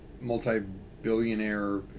multi-billionaire